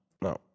No